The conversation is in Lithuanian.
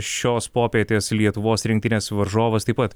šios popietės lietuvos rinktinės varžovas taip pat